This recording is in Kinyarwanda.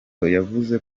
yavuze